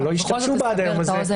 אבל לא השתמשו בה עד היום הזה.